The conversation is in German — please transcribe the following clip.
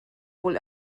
wohl